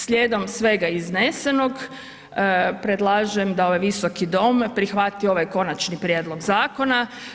Slijedom svega iznesenog predlažem da ovaj visoki dom prihvati ovaj Konačni prijedlog zakona.